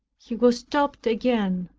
he was stopped again.